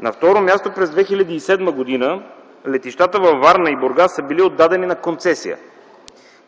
На второ място, през 2007 г. летищата във Варна и Бургас са били отдадени на концесия